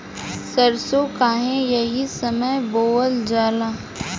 सरसो काहे एही समय बोवल जाला?